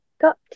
got